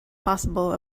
possible